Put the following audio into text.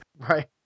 Right